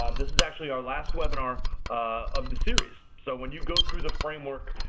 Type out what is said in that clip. um this is actually our last webinar of the series. so when you go through the framework,